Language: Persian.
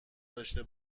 داشته